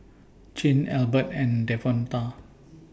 Chin Albert and Devonta